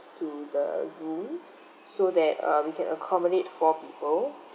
to the room so that uh we can accommodate four people